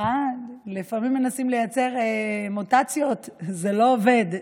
לפעמים מנסים לייצר מוטציות, זה לא עובד.